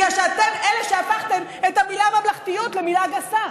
בגלל שאתם אלה שהפכתם את הממלכתיות למילה גסה,